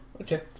Okay